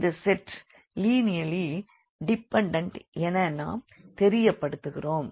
இந்த set linearly dependent என நாம் தெரியப்படுத்துகிறோம்